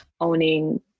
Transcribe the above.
owning